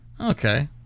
Okay